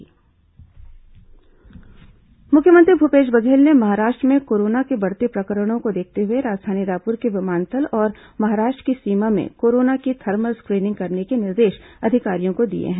मुख्यमंत्री corona appeal मुख्यमंत्री भूपेश बघेल ने महाराष्ट्र में कोरोना के बढ़ते प्रकरणों को देखते हुए राजधानी रायपुर के विमानतल और महाराष्ट्र की सीमा में कोरोना की थर्मल स्क्रीनिंग करने के निर्देश अधिकारियों को दिए हैं